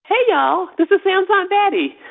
hey, y'all. this is sam's aunt betty.